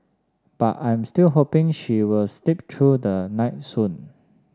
but I'm still hoping she will sleep through the night soon